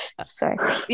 sorry